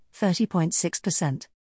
30.6%